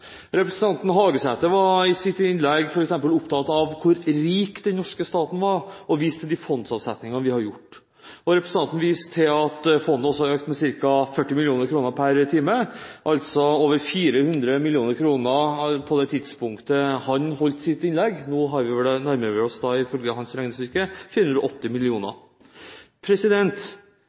Representanten Hagesæter var i sitt innlegg f.eks. opptatt av hvor rik den norske staten var, og viste til de fondsavsetningene vi har gjort. Representanten viste til at fondet økte med ca. 40 mill. kr per time, til over 400 mill. kr på det tidspunktet han holdt sitt innlegg. Nå nærmer vi vel oss, ifølge hans regnestykke, 480